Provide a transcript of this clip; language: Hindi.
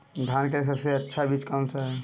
धान के लिए सबसे अच्छा बीज कौन सा है?